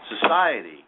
society